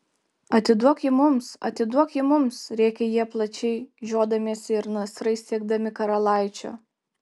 atiduok jį mums atiduok jį mums rėkė jie plačiai žiodamiesi ir nasrais siekdami karalaičio